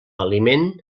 aliment